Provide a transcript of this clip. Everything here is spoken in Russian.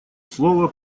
слово